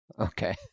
okay